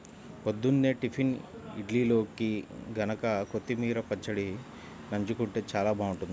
పొద్దున్నే టిఫిన్ ఇడ్లీల్లోకి గనక కొత్తిమీర పచ్చడి నన్జుకుంటే చానా బాగుంటది